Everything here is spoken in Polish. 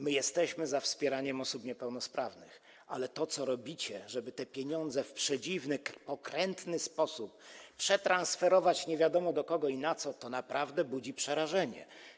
My jesteśmy za wspieraniem osób niepełnosprawnych, ale to, co robicie, żeby te pieniądze w przedziwny, pokrętny sposób przetransferować nie wiadomo do kogo i na co, to naprawdę budzi przerażenie.